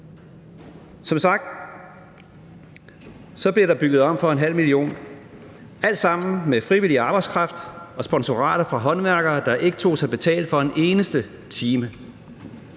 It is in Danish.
som sagt ombygget for 0,5 mio. kr. – alt sammen med frivillig arbejdskraft og sponsorater fra håndværkere, der ikke tog sig betalt for en eneste time.